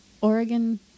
Oregon